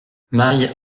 mail